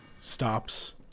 stops